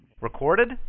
Recorded